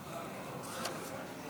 (תיקון מס'